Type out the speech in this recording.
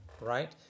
right